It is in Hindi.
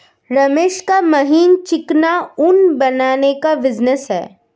रमेश का महीन चिकना ऊन बनाने का बिजनेस है